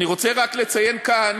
אני רוצה רק לציין כאן,